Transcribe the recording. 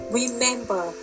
remember